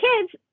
kids